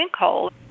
sinkhole